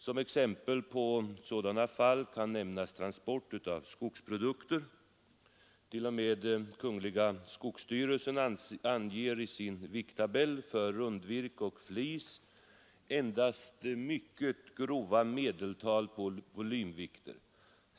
Som exempel på sådana fall kan nämnas transport av skogsprodukter. T. o. m. skogsstyrelsen anger i sin vikttabell för rundvirke och flis endast mycket grova medeltal på volymvikt.